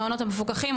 המעונות המפוקחים,